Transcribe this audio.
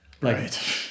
Right